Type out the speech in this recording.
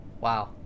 Wow